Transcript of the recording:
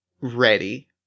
ready